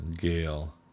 gail